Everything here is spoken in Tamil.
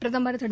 பிரதம் திரு